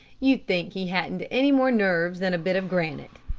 you'd think he hadn't any more nerves than a bit of granite.